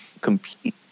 compete